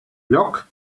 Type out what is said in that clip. lloc